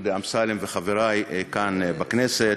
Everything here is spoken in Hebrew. דודי אמסלם וחברי כאן בכנסת.